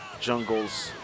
jungles